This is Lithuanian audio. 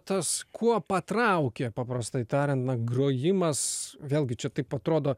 tas kuo patraukė paprastai tariant na grojimas vėlgi čia taip atrodo